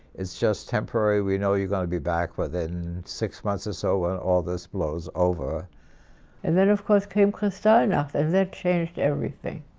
it's just temporary we know you're gonna be back within six months or so. when all this blows over and then of course came kristallnachat and changed everything.